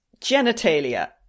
genitalia